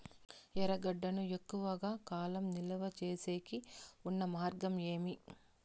ఎర్రగడ్డ ను ఎక్కువగా కాలం నిలువ సేసేకి ఉన్న మార్గం ఏమి?